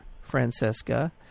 Francesca